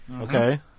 Okay